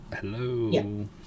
hello